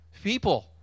people